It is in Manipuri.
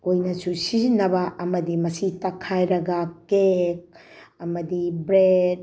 ꯑꯣꯏꯅꯁꯨ ꯁꯤꯖꯤꯟꯅꯕ ꯑꯃꯗꯤ ꯃꯁꯤ ꯇꯛꯈꯥꯏꯔꯒ ꯀꯦꯛ ꯑꯃꯗꯤ ꯕ꯭ꯔꯦꯠ